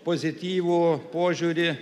pozityvų požiūrį